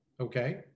Okay